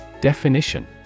Definition